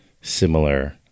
similar